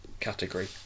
category